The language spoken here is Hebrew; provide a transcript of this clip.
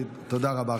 תודה רבה.